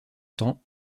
temps